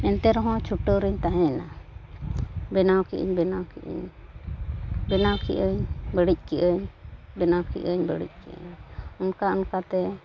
ᱮᱱᱛᱮᱨᱮᱦᱚᱸ ᱪᱷᱩᱴᱟᱹᱣᱨᱮᱧ ᱛᱟᱦᱮᱭᱮᱱᱟ ᱵᱮᱱᱟᱣ ᱠᱮᱫᱼᱤᱧ ᱵᱮᱱᱟᱣ ᱠᱮᱫᱼᱤᱧ ᱵᱮᱱᱟᱣ ᱠᱮᱫᱼᱟᱹᱧ ᱵᱟᱹᱲᱤᱡᱽ ᱠᱮᱫᱼᱟᱹᱧ ᱵᱮᱱᱟᱣ ᱠᱮᱫᱼᱟᱹᱧ ᱵᱟᱹᱲᱤᱡᱽ ᱠᱮᱫᱼᱟᱹᱧ ᱚᱱᱠᱟ ᱚᱱᱠᱟ ᱛᱮ